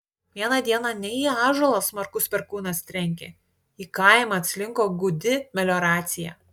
vieną dieną ne į ąžuolą smarkus perkūnas trenkė į kaimą atslinko gūdi melioracija